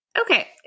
okay